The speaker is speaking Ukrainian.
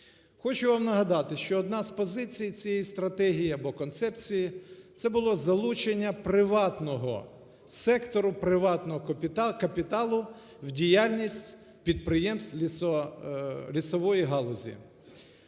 Хочу вам нагадати, що одна з позицій цієї стратегії або концепції – це було залучення приватного сектору, приватного капіталу в діяльність підприємств лісової галузі.